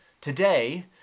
Today